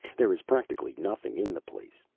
there is practically nothing in the place.